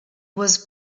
was